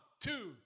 two